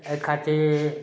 अइ खातिर